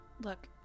look